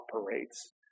operates